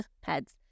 heads